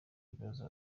ibibazo